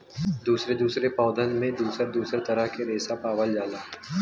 दुसरे दुसरे पौधन में दुसर दुसर तरह के रेसा पावल जाला